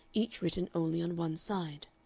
each written only on one side.